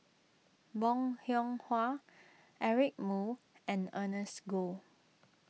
Bong Hiong Hwa Eric Moo and Ernest Goh